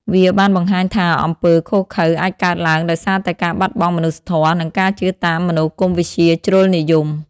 វាបានបង្ហាញថាអំពើឃោរឃៅអាចកើតឡើងដោយសារតែការបាត់បង់មនុស្សធម៌ និងការជឿតាមមនោគមវិជ្ជាជ្រុលនិយម។